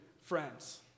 friends